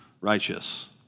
righteous